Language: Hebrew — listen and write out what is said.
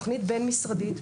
תוכנית בין-משרדית,